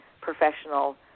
professional